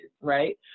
right